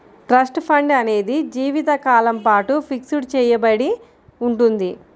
trust fund అనేది జీవితకాలం పాటు ఫిక్స్ చెయ్యబడి ఉంటుంది